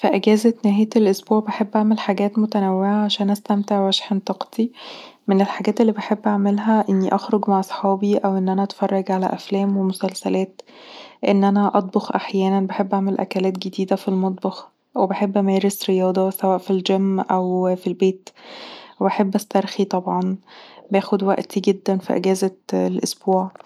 في أجازة نهاية الأسبوع، بحب أعمل حاجات متنوعة عشان أستمتع وأشحن طاقتي. من الحاجات اللي بحب أعملها إني أخرج مع اصحابي او اني اتفرج علي افلام ومسلسلات ان انا اطبخ احيانا بحب اعمل اكلات جديده في المطبخ وبحب امارس رياضه سواء في الجيم او في البيت وبحب استرخي طبعا، باخد وقتي جدا في اجازة الأسبوع